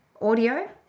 audio